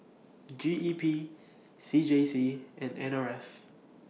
G E P C J C and N R F